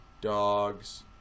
Dogs